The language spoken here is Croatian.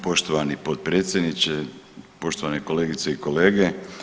Poštovani potpredsjedniče, poštovane kolegice i kolege.